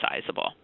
sizable